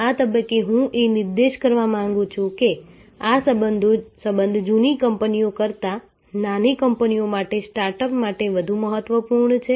આ તબક્કે હું એ નિર્દેશ કરવા માંગુ છું કે આ સંબંધ જૂની કંપનીઓ કરતાં નાની કંપનીઓ માટે સ્ટાર્ટઅપ્સ માટે વધુ મહત્વપૂર્ણ છે